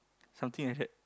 something like that